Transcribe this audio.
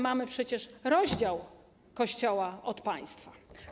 Mamy przecież rozdział Kościoła od państwa.